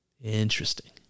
Interesting